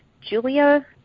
Julia